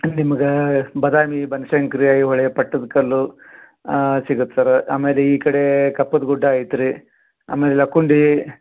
ನಿಮ್ಗೆ ಬಾದಾಮಿ ಬನಶಂಕರಿ ಐಹೊಳೆ ಪಟ್ಟದಕಲ್ಲು ಸಿಗತ್ತೆ ಸರ ಆಮೇಲೆ ಈ ಕಡೆ ಕಪ್ಪತಗುಡ್ಡ ಐತ್ರಿ ಆಮೇಲೆ ಲಕ್ಕುಂಡಿ